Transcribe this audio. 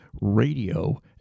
radio